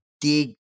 dig